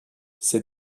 ses